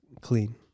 clean